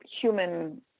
human